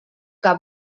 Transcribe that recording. que